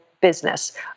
business